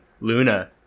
Luna